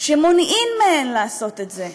שמונעים מהן לעשות את זה,